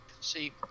See